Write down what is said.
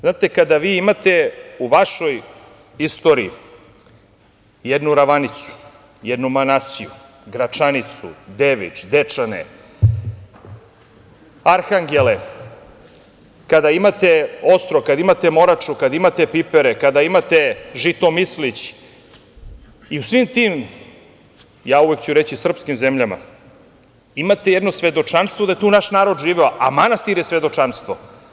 Znate kada imate u vašoj istoriji jednu Ravanicu, jednu Manasiju, Gračanicu, Devič, Dečane, arhangele, kada imate Ostrog, kada imate Moraču, kada imate Pipere, kada imate Žitomislić i u svim tim, uvek ću reći, srpskim zemljama, imate jedno svedočanstvo da je tu naš narod živeo, a manastir je svedočanstvo.